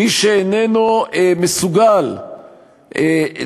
מי שאיננו מסוגל